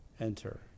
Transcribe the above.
enter